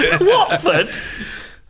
Watford